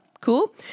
Cool